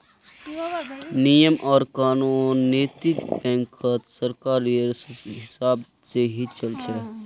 नियम आर कानून नैतिक बैंकत सरकारेर हिसाब से ही चल छ